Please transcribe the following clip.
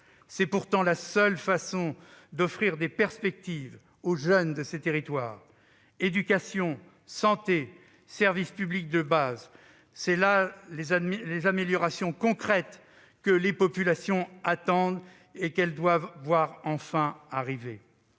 C'est pourtant la seule façon d'offrir des perspectives aux jeunes de ces territoires. Éducation, santé, services publics de base : telles sont les améliorations concrètes que les populations attendent et qu'elles doivent voir enfin arriver.